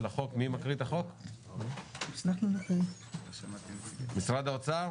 אורי כץ ממשרד האוצר,